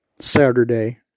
Saturday